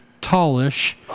tallish